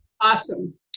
awesome